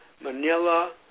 Manila